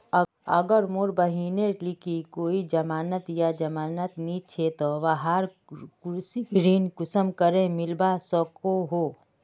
अगर मोर बहिनेर लिकी कोई जमानत या जमानत नि छे ते वाहक कृषि ऋण कुंसम करे मिलवा सको हो?